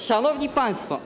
Szanowni Państwo!